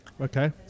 Okay